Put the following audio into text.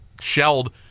shelled